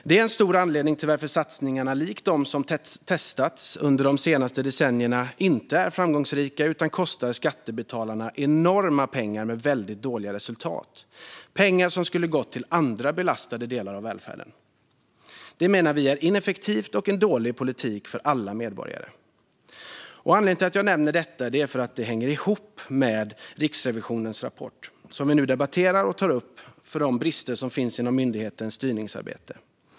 Det är en stor anledning till att satsningar likt dem som testats under de senaste decennierna inte är framgångsrika utan kostar skattebetalarna enorma pengar med väldigt dåliga resultat. Det är pengar som skulle ha gått till andra belastade delar av välfärden. Detta menar vi är ineffektivt och en dålig politik för alla medborgare. Anledningen till att jag nämner detta är att det hänger ihop med Riksrevisionens rapport, som vi nu debatterar och som tar upp de brister som finns inom myndighetens styrningsarbete.